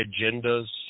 agendas